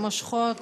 מושכות.